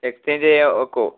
exchange ചെയ്യാൻ ഒക്കുവോ